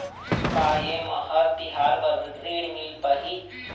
का ये म हर तिहार बर ऋण मिल पाही?